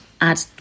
add